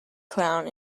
clown